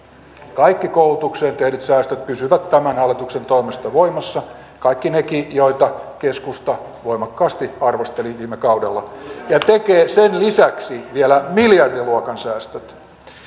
kaikki koulutukseen tehdyt säästöt pysyvät tämän hallituksen toimesta voimassa kaikki nekin joita keskusta voimakkaasti arvosteli viime kaudella ja tekee sen lisäksi vielä miljardiluokan säästöt